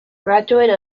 graduate